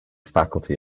faculty